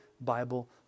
Bible